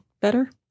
better